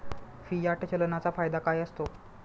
Fiat चलनाचा फायदा काय असतो?